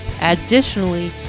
Additionally